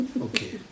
Okay